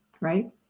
right